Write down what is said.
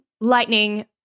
lightning